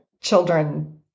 children